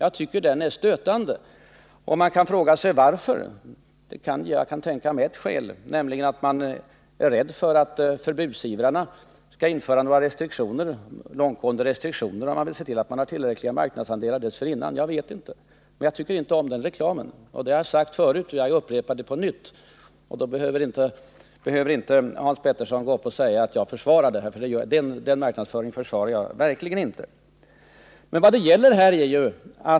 Jag tycker att den är stötande, och man kan fråga sig varför den har fått den utformning som den har. Jag vet inte, men jag kan tänka mig ett skäl, nämligen att kontokortsföretagen är 21 rädda för att förbudsivrarna skall införa långtgående restriktioner och att företagen därför vill se till att de har tillräckliga marknadsandelar dessförinnan. Jag har sagt förut att jag inte tycker om reklamen för kontokorten, och jag upprepar det på nytt. Då behöver inte Hans Petersson gå upp och säga att jag försvarar den, för det gör jag verkligen inte.